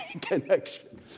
Connection